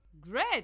Great